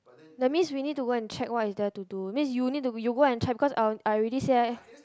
that means we need to go and check what is there to do means you need to you go and check because I I already say I